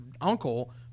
uncle